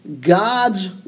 God's